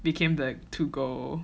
became the to go